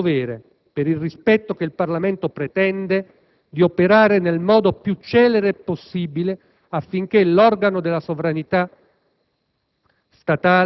II Governo ha il dovere, per il rispetto che il Parlamento pretende, di operare nel modo più celere possibile affinché l'organo della sovranità